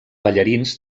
ballarins